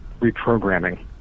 reprogramming